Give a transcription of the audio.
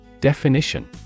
Definition